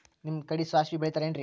ನಿಮ್ಮ ಕಡೆ ಸಾಸ್ವಿ ಬೆಳಿತಿರೆನ್ರಿ?